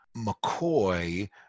mccoy